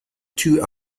two